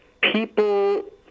people